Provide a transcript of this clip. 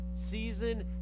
season